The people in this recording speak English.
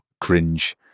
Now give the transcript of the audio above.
cringe